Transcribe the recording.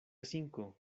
cinco